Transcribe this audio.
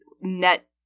net